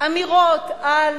אמירות על